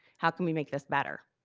how can we make this better?